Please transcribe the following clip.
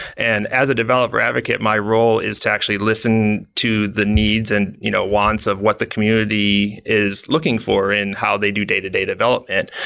and as a developer advocate, my role is to actually listen to the needs and you know wants of what the community is looking for in how they do day-to-day development.